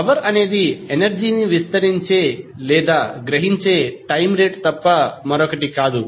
power అనేది energy ని విస్తరించే లేదా గ్రహించే టైమ్ రేటు తప్ప మరొకటి కాదు